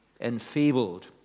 enfeebled